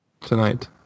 tonight